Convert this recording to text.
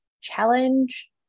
challenge